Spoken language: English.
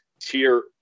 tier